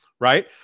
right